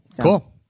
Cool